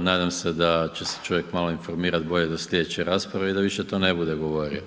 nadam se da će se čovjek malo informirati bolje do slijedeće rasprave i da više to ne bude govorio.